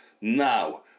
Now